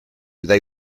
they